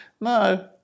No